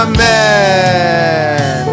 Amen